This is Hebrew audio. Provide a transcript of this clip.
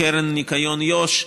מקרן הניקיון יו"ש,